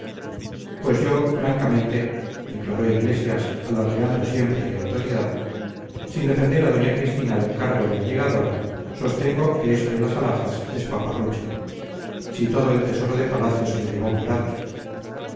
pues yo francamente declaró iglesias alardeando siempre de autoridad sin defender a doña cristina del cargo de allegadora sostengo que eso de las alhajas es paparrucha si todo el tesoro de palacio se lo llevó murat